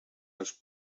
als